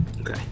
Okay